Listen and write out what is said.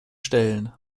stellen